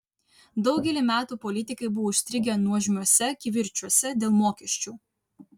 daugelį metų politikai buvo užstrigę nuožmiuose kivirčuose dėl mokesčių